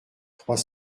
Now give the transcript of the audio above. trois